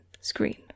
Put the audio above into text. screen